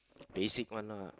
basic one ah